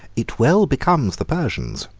it well becomes the persians,